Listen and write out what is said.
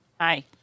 Hi